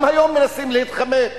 גם היום מנסים להתחמק.